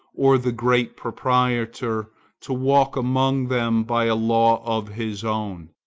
or the great proprietor to walk among them by a law of his own,